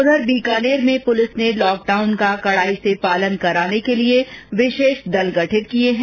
उधर बीकानेर में पुलिस ने लॉक डाउन का कड़ाई से पालन कराने के लिए विशेष दल गठित किए हैं